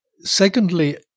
Secondly